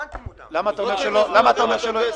חבר הכנסת מולא, למה אתה אומר שלא הזמינו?